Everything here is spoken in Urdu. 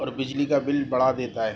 اور بجلی کا بل بڑا دیتا ہے